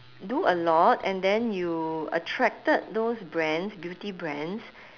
do a lot and then you attracted those brands beauty brands